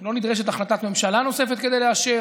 שלא נדרשת החלטת ממשלה נוספת כדי לאשר.